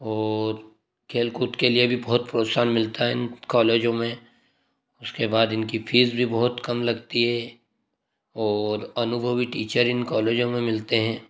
और खेलकूद के लिए भी बहुत प्रोत्साहन मिलता है इन कॉलेजों में उसके बाद इनकी फीस भी बहुत काम लगती है और अनुभवी टीचर इन कॉलेजों में मिलते हैं